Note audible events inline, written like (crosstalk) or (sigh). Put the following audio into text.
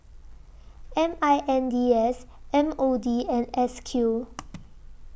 M I N D S M O D and S Q (noise)